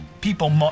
people